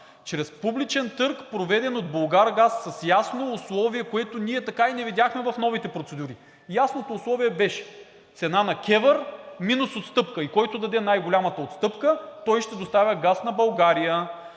чрез публичен търг, проведен от „Булгаргаз“, с ясно условие, което ние така и не видяхме в новите процедури. Ясното условие беше цена на КЕВР минус отстъпка и който даде най-голямата отстъпка, той ще доставя газ на България.